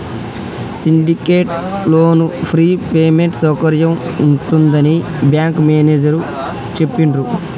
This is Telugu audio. సిండికేట్ లోను ఫ్రీ పేమెంట్ సౌకర్యం ఉంటుందని బ్యాంకు మేనేజేరు చెప్పిండ్రు